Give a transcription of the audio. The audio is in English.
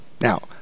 Now